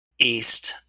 east